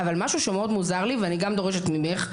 אבל אני גם דורשת מכם,